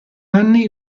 anni